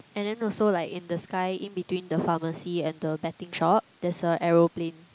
and then also like in the sky in between the pharmacy and the betting shop there's a aeroplane